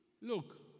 Look